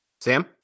Sam